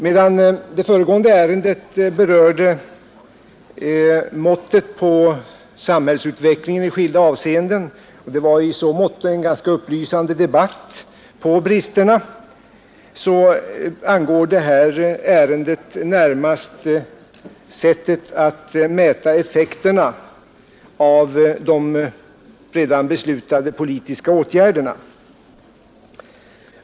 Medan det föregående ärendet berörde måttet på samhällsutvecklingen i skilda avseenden — det var i så måtto en upplysande debatt som blottade bristerna — så angår det här ärendet närmast sättet att mäta effekterna av de redan beslutade politiska åtgärderna.